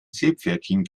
seepferdchen